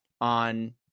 on